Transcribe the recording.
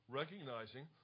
recognizing